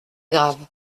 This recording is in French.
grave